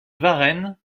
varennes